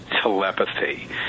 telepathy